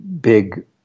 big